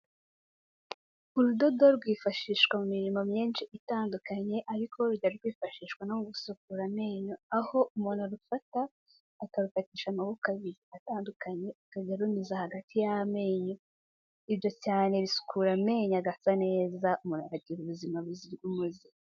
Urudodo rwifashishwa mu mirimo myinshi itandukanye ariko, rujya rwifashishwa no mu gusukura amenyo, aho umuntu arufata, akarufatisha amaboko abiri atandukanye akajya arunyuza hagati y'amenyo, ibyo cyane bisukura amenyo agasa neza umuntu akagira ubuzima buzira umuze.